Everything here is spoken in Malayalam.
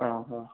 ആ ആ